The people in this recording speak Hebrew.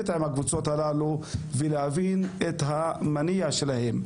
עם הקבוצות הללו ולהבין את המניע שלהן,